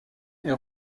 est